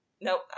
Nope